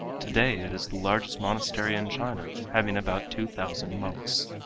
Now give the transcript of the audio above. today it is the largest monastery in china, having about two thousand monks.